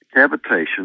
Cavitation